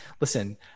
Listen